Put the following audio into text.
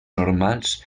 normals